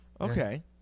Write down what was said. Okay